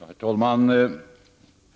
Herr talman!